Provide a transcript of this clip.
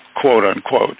quote-unquote